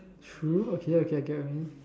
true okay okay I get what you mean